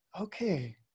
Okay